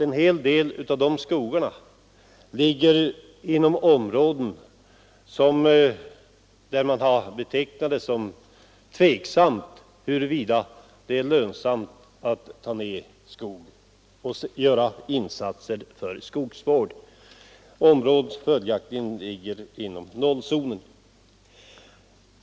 En hel del av de skogarna ligger inom områden om vilka det har sagts att det är tveksamt huruvida det lönar sig att avverka skogen och göra insatser för skogsvård, alltså områden som ligger inom nollzonen.